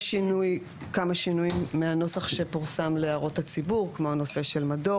יש כמה שינויים מהנוסח שפורסם להערות הציבור כמו הנושא של מדור